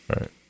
Right